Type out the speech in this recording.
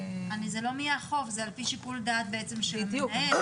אני מבינה שגם בדיון